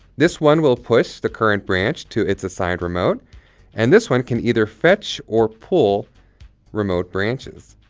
this one will push the current branch to its assigned remote and this one can either fetch or pull remote branches.